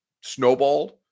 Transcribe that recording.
snowballed